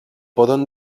podem